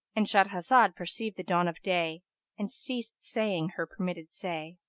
and shahrazad perceived the dawn of day and ceased saying her permitted say.